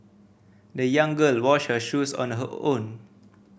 the young girl washed her shoes on her own